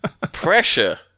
pressure